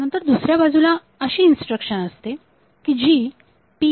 तर दुसर्या बाजूला अशी इन्स्ट्रक्शन असते की जी PCON